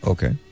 Okay